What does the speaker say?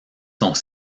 sont